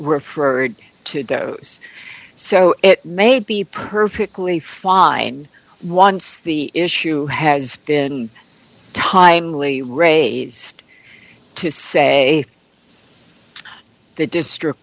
referred to the us so it may be perfectly fine once the issue has been timely raised to say the district